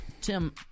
Tim